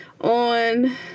on